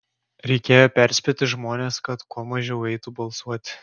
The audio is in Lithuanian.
reikėjo perspėti žmones kad kuo mažiau eitų balsuoti